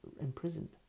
imprisoned